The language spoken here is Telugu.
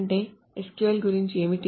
అంటే SQL గురించి ఏమిటి